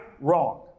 Wrong